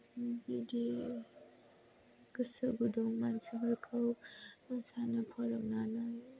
बिदि गोसो गुदुं मानसिफोरखौ मोसानो फोरोंनानै